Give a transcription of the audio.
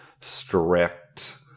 strict